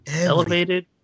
elevated